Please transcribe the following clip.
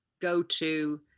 go-to